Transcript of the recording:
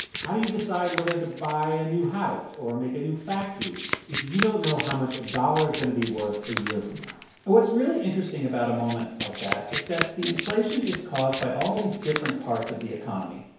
how do you decide whether to buy a new house or make a new factory if you don't know how much a dollar is going to be worth a year from now and what's really interesting about a moment like that is that the inflation is caused by all these different parts of the economy,